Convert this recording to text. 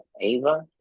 ava